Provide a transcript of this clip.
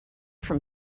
from